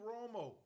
Romo